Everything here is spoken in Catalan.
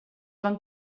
van